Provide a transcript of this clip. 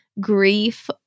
grief